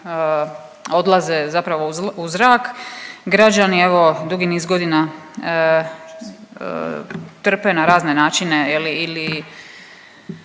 odlaze zapravo u zrak, građani, evo, dugi niz godina trpe na razne načine,